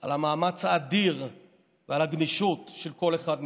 על המאמץ האדיר ועל הגמישות של כל אחד מאיתנו.